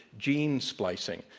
gene splicing,